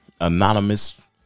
anonymous